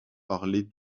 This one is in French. parler